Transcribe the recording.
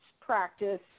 practice